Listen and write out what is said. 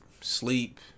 sleep